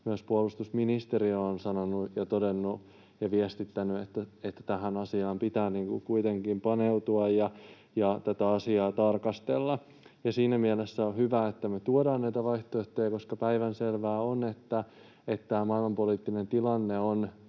myös puolustusministeriö on sanonut ja todennut ja viestittänyt, että tähän asiaan pitää kuitenkin paneutua ja tätä asiaa tarkastella. Siinä mielessä on hyvä, että me tuodaan näitä vaihtoehtoja, koska päivänselvää on, että tämä maailmanpoliittinen tilanne on